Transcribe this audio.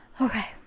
okay